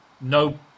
no